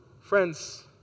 Friends